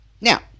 Now